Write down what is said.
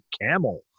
Camel